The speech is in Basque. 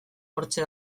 hortxe